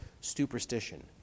superstition